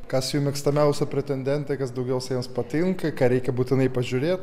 kas jų mėgstamiausia pretendentė kas daugiausiai jos patinka ką reikia būtinai pažiūrėt